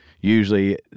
Usually